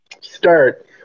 start